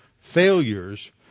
failures